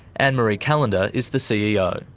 annemaree callander is the ceo.